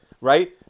Right